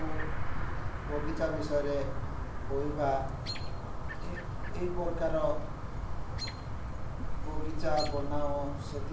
ଓ ବଗିଚା ବିଷୟରେ କହିବା ଏହି ପ୍ରକାର ବଗିଚା ବନାଅ ସେଥିରେ